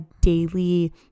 daily